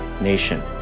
nation